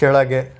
ಕೆಳಗೆ